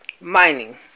Mining